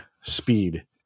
speed